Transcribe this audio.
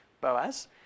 Boaz